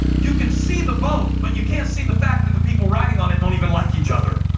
you can see the boat, but you can't see the fact that the people riding on it don't even like each other.